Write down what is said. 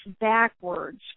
backwards